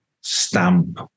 stamp